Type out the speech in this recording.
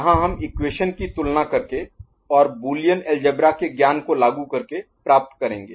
यहाँ हम इक्वेशन की तुलना करके और बूलियन अलजेब्रा के ज्ञान को लागू करके प्राप्त करेंगे